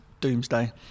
doomsday